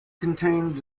contained